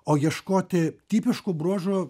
o ieškoti tipiškų bruožų